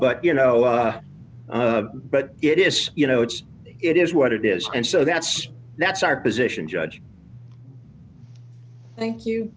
but you know i but it is you know it's it is what it is and so that's that's our position judge thank you